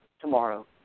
tomorrow